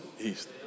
east